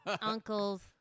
Uncles